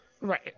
Right